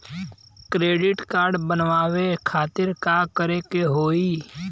Credit card बनवावे खातिर का करे के होई?